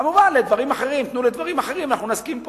כמובן, תנו לדברים אחרים, אנחנו נסכים.